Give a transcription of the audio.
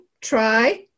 try